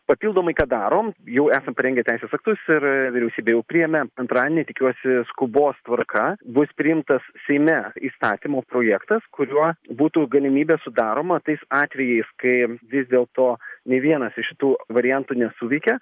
papildomai ką darom jau esam parengę teisės aktus ir vyriausybė jau priėmė antradienį tikiuosi skubos tvarka bus priimtas seime įstatymo projektas kuriuo būtų galimybė sudaroma tais atvejais kai vis dėlto nė vienas iš šitų variantų nesuveikė